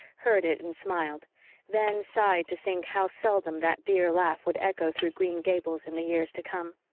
heard it and smiled then sighed to think how seldom that dear laugh would echo through green gables in the years to come.